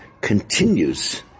continues